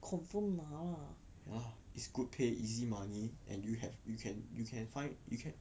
confirm 拿 lah